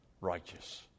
righteous